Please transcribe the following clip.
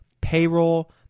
payroll